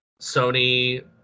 sony